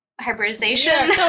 hybridization